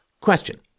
question